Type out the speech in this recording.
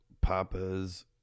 papa's